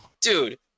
Dude